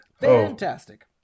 Fantastic